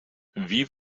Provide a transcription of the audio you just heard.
wie